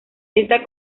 esta